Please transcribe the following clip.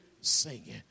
singing